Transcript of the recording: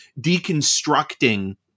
deconstructing